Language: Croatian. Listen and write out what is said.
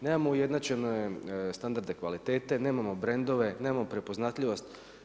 Nemamo ujednačen standard kvalitete, nemamo brendove, nemamo prepoznatljivost.